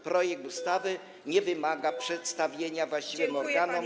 Projekt ustawy nie wymaga przedstawienia właściwym organom.